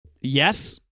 Yes